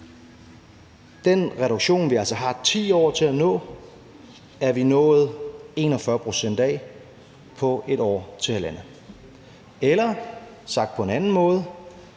Den reduktion, vi altså har 10 år til at nå, har vi nået 41 pct. af på 1-1½ år. Eller sagt på en anden måde: